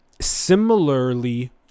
similarly